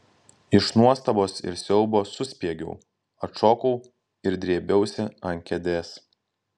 iš nuostabos ir siaubo suspiegiau atšokau ir drėbiausi ant kėdės